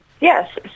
Yes